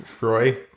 Roy